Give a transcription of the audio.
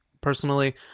personally